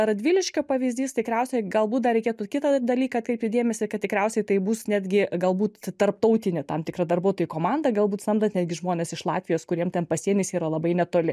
radviliškio pavyzdys tikriausiai galbūt dar reikėtų kitą dalyką atkreipti dėmesį kad tikriausiai tai bus netgi galbūt tarptautinė tam tikra darbuotojų komanda galbūt samdant netgi žmones iš latvijos kuriem ten pasienis yra labai netoli